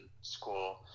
school